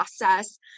process